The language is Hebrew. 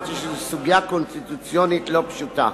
אמרתי שזו סוגיה קונסטיטוציונית לא פשוטה.